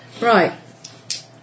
Right